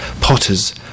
potters